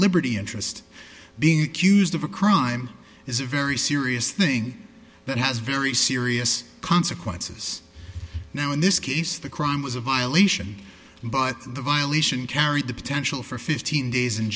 liberty interest being accused of a crime is a very serious thing that has very serious consequences now in this case the crime was a violation but the violation carried the potential for fifteen days in